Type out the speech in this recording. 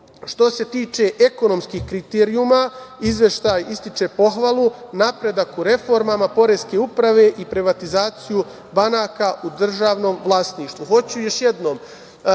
se tiče ekonomskih kriterijuma, izveštaj ističe pohvalu, napredak u reformama Poreske uprave i privatizaciju banaka u državnom vlasništvu.